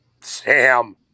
Sam